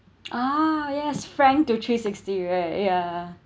ah yes frank to three sixty right ya